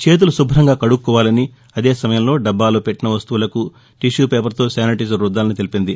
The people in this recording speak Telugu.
చేతులు శుభ్రంగా కడుక్కోవాలని అదే సమయంలో డబ్బాలో పెట్టిన వస్తువులకు టిష్యూతో శానిటైజర్ రుద్దాలని తెలిపింది